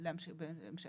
רציתי רק להמחיש את